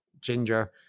ginger